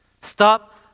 Stop